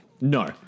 no